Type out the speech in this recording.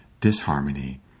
disharmony